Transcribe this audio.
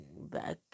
back